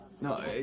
No